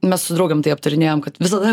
mes su draugėm tai aptarinėjam kad visada